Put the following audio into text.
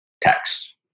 tax